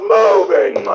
moving